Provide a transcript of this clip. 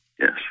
Yes